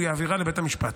הוא יעבירה לבית המשפט.